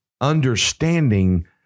understanding